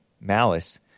malice